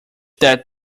that